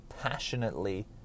passionately